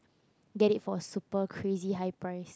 get it for super crazy high price